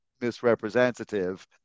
misrepresentative